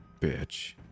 bitch